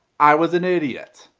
i was an idiot.